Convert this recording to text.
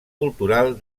cultural